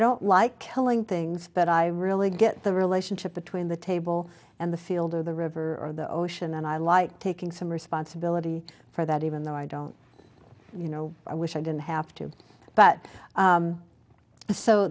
don't like killing things but i really get the relationship between the table and the field or the river or the ocean and i like taking some responsibility for that even though i don't you know i wish i didn't have to but